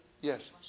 yes